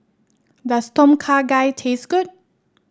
does Tom Kha Gai taste good